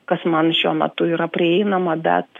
kas man šiuo metu yra prieinama bet